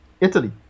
Italy